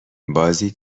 بازی